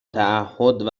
تعهد